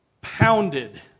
pounded